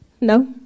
No